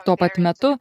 tuo pat metu